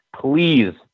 please